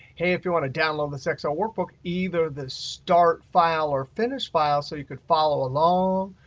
hey, if you want to download this excel workbook, either the start file or finish file, so you could follow along,